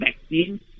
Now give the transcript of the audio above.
vaccine